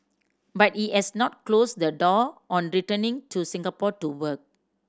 but he has not closed the door on returning to Singapore to work